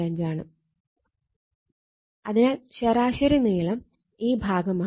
5 ആണ് അതിനാൽ ശരാശരി നീളം ഈ ഭാഗമാണ്